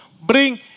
bring